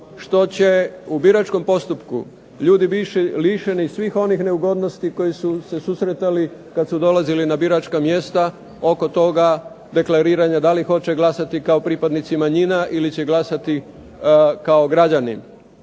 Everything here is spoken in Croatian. što će u biračkom postupku ljudi biti lišeni svih onih neugodnosti koji su se susretali kad su dolazili na biračka mjesta oko toga deklariranja da li hoće glasati kao pripadnici manjina ili će glasati kao građani.